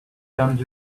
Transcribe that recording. comes